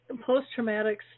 post-traumatic